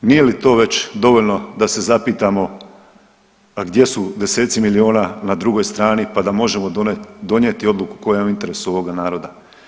Nije li to već dovoljno da se zapitamo, a gdje su deseci miliona na drugoj strani pa da možemo donijeti odluku koja je interesu ovoga naroda?